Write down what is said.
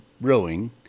rowing